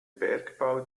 bergbau